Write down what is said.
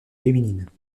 féminines